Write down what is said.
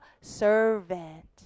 servant